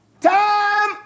Time